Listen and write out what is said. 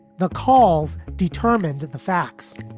the calls determined the facts.